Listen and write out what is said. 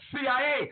CIA